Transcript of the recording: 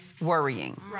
worrying